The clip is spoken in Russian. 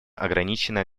ограниченное